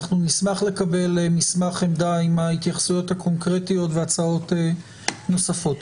אנחנו נשמח לקבל מסמך עמדה עם ההתייחסויות הקונקרטיות והצעות נוספות.